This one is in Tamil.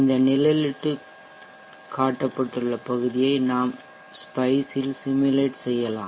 இந்த நிழலிட்டுள்ள பகுதியை நாம் SPICEஇல் சிமுலேட் செய்யலாம்